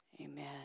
Amen